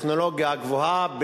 הטכנולוגיה הגבוהה,